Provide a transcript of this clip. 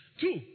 Two